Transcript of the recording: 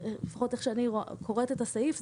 לפחות איך שאני קוראת את הסעיף,